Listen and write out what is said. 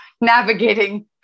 navigating